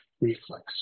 reflex